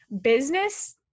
Business